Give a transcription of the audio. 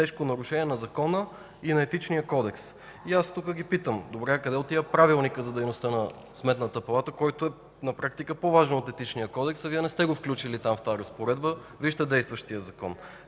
са „тежко нарушение на закона и на Етичния кодекс”. И аз тук ги питам: добре, а къде отива Правилникът за дейността на Сметната палата, който на практика е по-важен от Етичния кодекс, а Вие не сте го включили в тази разпоредба?! Вижте действащият закон.